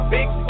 Big